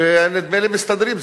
ונדמה לי שמסתדרים.